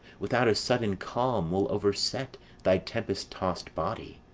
without a sudden calm will overset thy tempest-tossed body.